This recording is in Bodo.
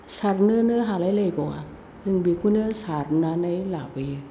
सारनोनो हालाय लायबावा जों बेखौनो सारनानै लाबोयो